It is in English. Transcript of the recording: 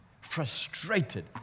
Frustrated